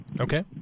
Okay